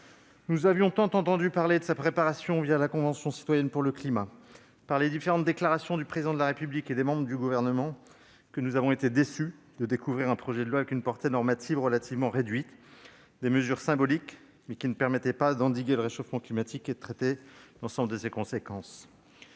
Nous avions tant entendu parler de sa préparation la Convention citoyenne pour le climat et les différentes déclarations du Président de la République et des membres du Gouvernement que nous avons été déçus de découvrir un projet de loi dont la portée normative était relativement réduite : des mesures symboliques, ne permettant pas d'endiguer le réchauffement climatique et de traiter l'ensemble de ses conséquences.